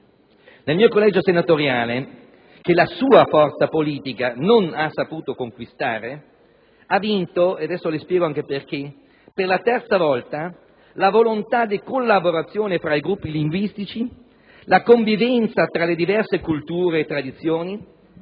Nel mio collegio senatoriale, che la sua forza politica non ha saputo conquistare, ha vinto - e adesso le spiego anche per quale motivo - per la terza volta la volontà di collaborazione fra i gruppi linguistici, la convivenza tra le diverse culture e tradizioni,